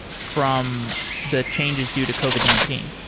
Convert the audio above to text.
from the changes due to covid nineteen